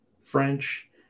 French